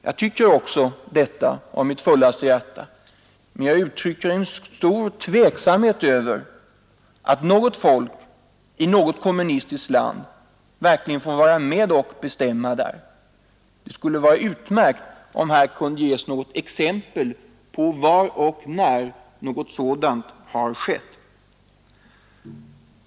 Jag tycker också detta av mitt fullaste hjärta, men jag uttrycker en stor tveksamhet i fråga om att något folk i något kommunistiskt land verkligen får vara med och bestämma där. Det skulle vara utmärkt om här kunde ges något exempel på var och när något sådant har skett.